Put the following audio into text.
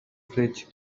fridge